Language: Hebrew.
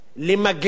למגר